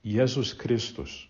jėzus kristus